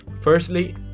Firstly